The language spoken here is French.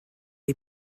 est